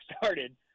started